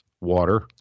water